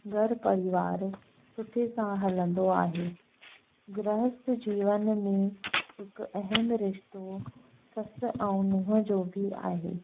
घरु परिवार सुठे सां हलंदो आहे गृहस्थ जीवन में हिकु अहम रिश्तो ससु ऐं नुंहुं जो बि आहे